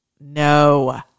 no